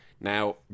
Now